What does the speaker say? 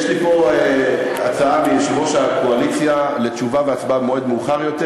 יש לי פה הצעה מיושב-ראש הקואליציה לתשובה והצבעה במועד מאוחר יותר,